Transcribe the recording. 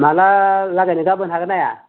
माब्ला लागायनो गाबोन हागोनना हाया